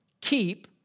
keep